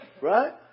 Right